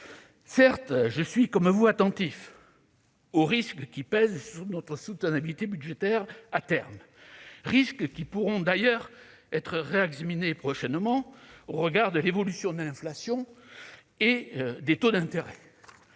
Certes, je suis comme vous attentif aux risques pesant à terme sur notre soutenabilité budgétaire. Ceux-ci pourront d'ailleurs être réexaminés prochainement compte tenu de l'évolution de l'inflation et des taux d'intérêt.